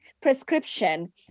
prescription